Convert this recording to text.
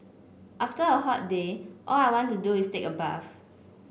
after a hot day all I want to do is take a bath